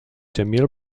tamil